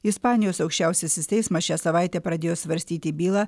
ispanijos aukščiausiasis teismas šią savaitę pradėjo svarstyti bylą